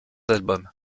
albums